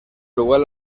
lugar